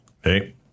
Hey